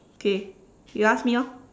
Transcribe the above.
okay you ask me orh